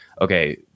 okay